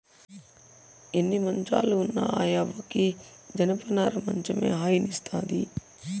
ఎన్ని మంచాలు ఉన్న ఆ యవ్వకి జనపనార మంచమే హాయినిస్తాది